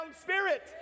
spirit